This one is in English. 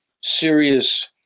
serious